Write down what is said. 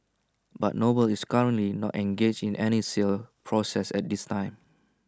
but noble is currently not engaged in any sale process at this time